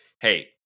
Hey